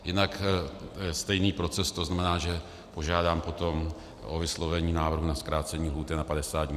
Jinak stejný proces, to znamená, že požádám potom o vyslovení návrhu na zkrácení lhůty na 50 dnů.